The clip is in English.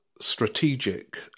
strategic